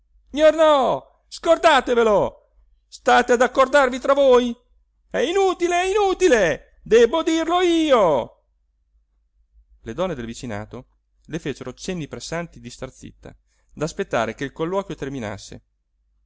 gnornò scordatevelo state ad accordarvi tra voi è inutile è inutile debbo dirlo io le donne del vicinato le fecero cenni pressanti di star zitta d'aspettare che il colloquio terminasse